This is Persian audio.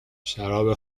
شراب